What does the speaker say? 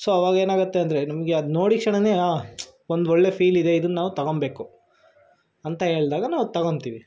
so ಅವಾಗ ಏನಾಗುತ್ತೆ ಅಂದರೆ ನಮಗೆ ಅದು ನೋಡಿದ ಕ್ಷಣನೇ ಹಾಂ ಒಂದು ಒಳ್ಳೆಯ ಫೀಲಿದೆ ಇದನ್ನು ನಾವು ತಗೊಂಬೇಕು ಅಂತ ಹೇಳ್ದಾಗ ನಾವು ತೊಗೊಂತೀವಿ